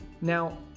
now